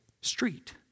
street